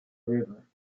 river